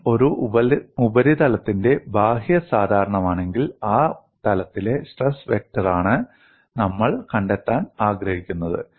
N ഒരു ഉപരിതലത്തിന്റെ ബാഹ്യ സാധാരണമാണെങ്കിൽ ആ തലത്തിലെ സ്ട്രെസ് വെക്റ്ററാണ് നമ്മൾ കണ്ടെത്താൻ ആഗ്രഹിക്കുന്നത്